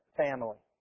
family